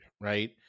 right